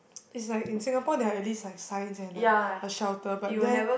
is like in Singapore there are at least like signs and like a shelter but there